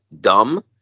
dumb